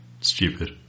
stupid